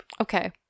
Okay